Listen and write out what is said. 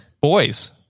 boys